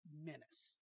menace